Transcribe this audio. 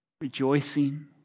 rejoicing